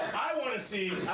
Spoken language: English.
i want to see,